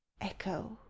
Echo